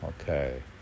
Okay